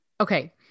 Okay